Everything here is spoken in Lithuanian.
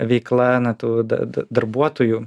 veikla na tų da da darbuotojų